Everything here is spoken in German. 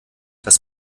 das